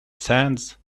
sands